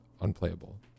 Unplayable